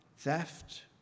Theft